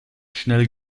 schnell